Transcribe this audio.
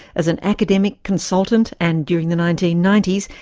as an academic, consultant, and during the nineteen ninety s,